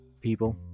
people